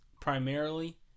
primarily